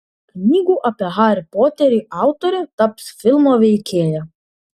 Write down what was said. knygų apie harį poterį autorė taps filmo veikėja